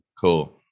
Cool